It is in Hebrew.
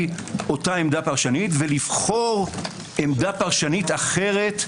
אותה עמדה פרשנית ולבחור עמדה פרשנית אחרת,